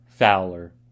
Fowler